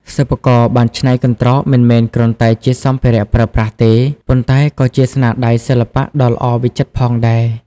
សិប្បករបានច្នៃកន្ត្រកមិនមែនគ្រាន់តែជាសម្ភារៈប្រើប្រាស់ទេ ប៉ុន្តែក៏ជាស្នាដៃសិល្បៈដ៏ល្អវិចិត្រផងដែរ។